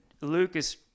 Lucas